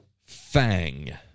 FANG